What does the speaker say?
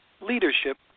leadership